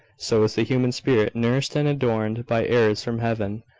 so is the human spirit nourished and adorned by airs from heaven,